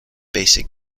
basic